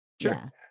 Sure